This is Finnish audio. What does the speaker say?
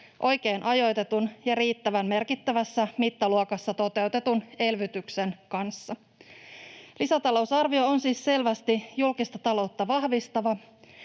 oikein ajoitetun ja riittävän merkittävässä mittaluokassa toteutetun elvytyksen vuoksi. Lisätalousarvio on siis selvästi julkista taloutta vahvistava.